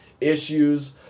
issues